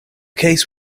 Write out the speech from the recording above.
case